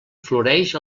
floreix